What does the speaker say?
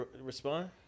respond